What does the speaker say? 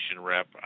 rep